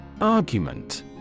Argument